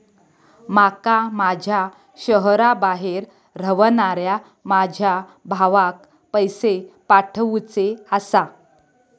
माका माझ्या शहराबाहेर रव्हनाऱ्या माझ्या भावाक पैसे पाठवुचे आसा